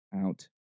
out